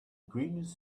greenish